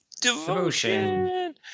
devotion